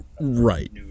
Right